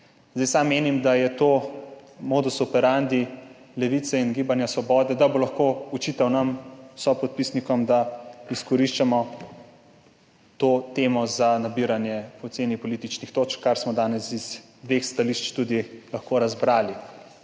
poenotili. Menim, da je to modus operandi Levice in Gibanja Svoboda, da bosta lahko očitala nam sopodpisnikom, da izkoriščamo to temo za nabiranje poceni političnih točk, kar smo danes iz dveh stališč tudi lahko razbrali.